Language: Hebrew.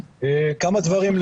כמה דברים,